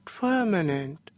permanent